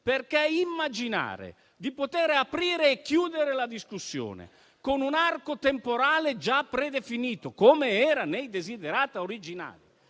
apre, immaginando di poter aprire e chiudere la discussione in un arco temporale già predefinito, come era nei desiderata originali.